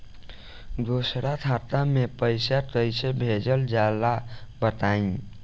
दोसरा खाता में पईसा कइसे भेजल जाला बताई?